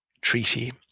treaty